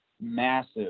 massive